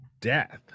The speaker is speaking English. death